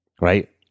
right